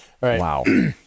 wow